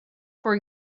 for